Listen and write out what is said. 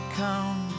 come